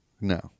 no